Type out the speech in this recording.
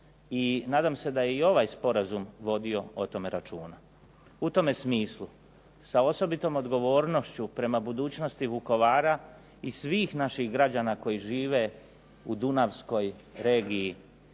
nadam se da je i ovaj sporazum vodio o tome računa U tome smislu sa osobitom odgovornošću prema budućnosti Vukovara i svih naših građana koji žive u dunavskoj regiji